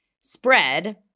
spread